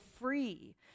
free